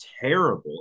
terrible